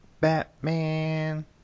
Batman